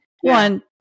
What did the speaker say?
one